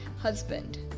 husband